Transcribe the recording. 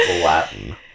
Latin